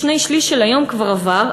שני-שלישים מהיום כבר עברו,